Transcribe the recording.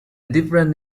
different